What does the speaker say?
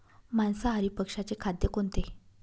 मांसाहारी पक्ष्याचे खाद्य कोणते?